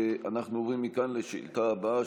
אנחנו עוברים מכאן לשאילתה הבאה,